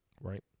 Right